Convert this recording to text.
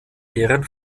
deren